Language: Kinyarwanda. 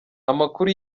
amakuru